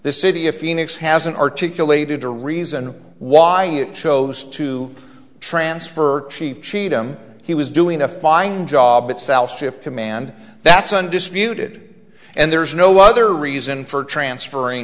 the city of phoenix hasn't articulated the reason why it chose to transfer chief cheatham he was doing a fine job itself if command that's undisputed and there's no other reason for transferring